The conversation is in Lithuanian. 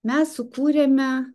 mes sukūrėme